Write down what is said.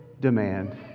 demand